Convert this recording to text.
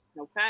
Okay